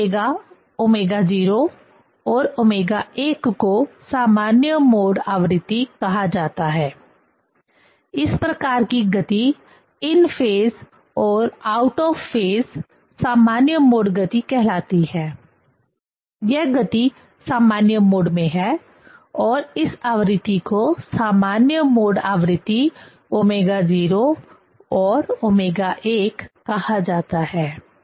इस ओमेगा ω0 और ω1 को सामान्य मोड आवृत्ति कहा जाता है इस प्रकार की गति इन फेज और आउट ऑफ फेज सामान्य मोड गति कहलाती है यह गति सामान्य मोड में है और इस आवृत्ति को सामान्य मोड आवृत्ति ω0 और ω1 कहा जाता है